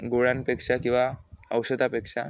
गोळ्यांपेक्षा किंवा औषधापेक्षा